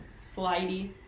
Slidey